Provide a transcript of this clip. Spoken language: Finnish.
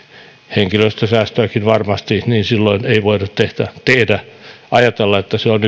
henkilöstösäästöäkin varmasti niin silloin ei voida ajatella että se on